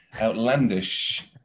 outlandish